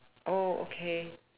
oh okay